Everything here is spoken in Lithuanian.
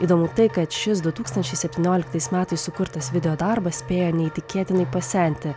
įdomu tai kad šis du tūkstančiai septynioliktais metais sukurtas videodarbas spėja neįtikėtinai pasenti